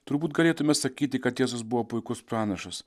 turbūt galėtume sakyti kad jėzus buvo puikus pranašas